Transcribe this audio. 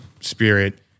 spirit